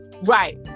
right